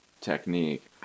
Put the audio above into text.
technique